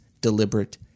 deliberate